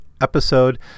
episode